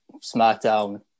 SmackDown